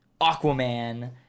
Aquaman